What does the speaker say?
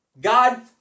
God